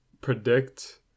predict